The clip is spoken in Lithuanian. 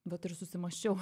vat ir susimąsčiau